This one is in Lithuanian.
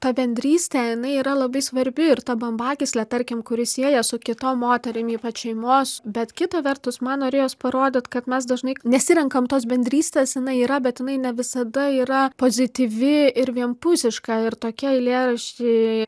ta bendrystė jinai yra labai svarbi ir ta bambagyslė tarkim kuri sieja su kitom moterim ypač šeimos bet kita vertus man norėjos parodyt kad mes dažnai nesirenkam tos bendrystės jinai yra bet jinai ne visada yra pozityvi ir vienpusiška ir tokie eilėraščiai